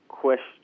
Question